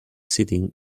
sitting